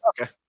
Okay